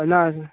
ना